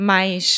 Mas